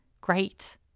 Great